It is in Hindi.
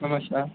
नमस्कार